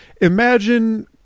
imagine